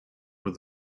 with